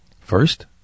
First